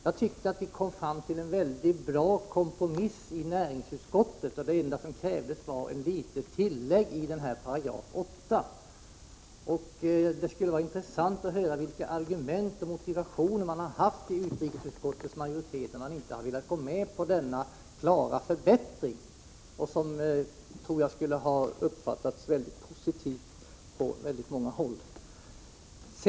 Jag tyckte att vi kom fram till en mycket bra kompromiss i näringsutskottet. Det enda som krävdes var ett litet tillägg i 8 §. Det skulle vara intressant att få höra vilka argument som har anförts av utrikesutskottets majoritet för att inte gå med på denna klara förbättring av lagen, som jag tror skulle ha uppfattats mycket positivt på många håll.